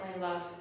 love